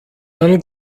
man